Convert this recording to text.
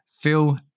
Phil